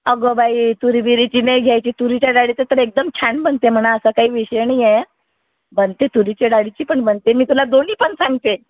अगं बाई तुरीबिरीची नाही घ्यायची तुरीच्या डाळीची तर एकदम छान बनते म्हणा असा काही विषय नाही आहे बनते तुरीच्या डाळीची पण बनते मी तुला दोन्हीपण सांगते